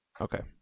Okay